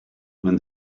when